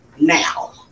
now